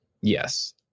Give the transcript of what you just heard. Yes